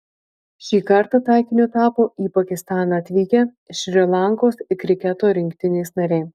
šį kartą taikiniu tapo į pakistaną atvykę šri lankos kriketo rinktinės nariai